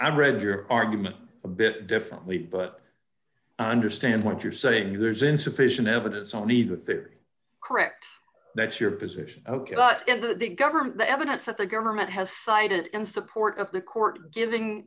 i've read your argument a bit differently but understand what you're saying there's insufficient evidence on either theory correct that's your position ok but the government the evidence that the government has cited in support of the court giving